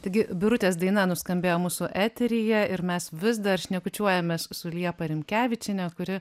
taigi birutės daina nuskambėjo mūsų eteryje ir mes vis dar šnekučiuojamės su liepa rimkevičiene kuri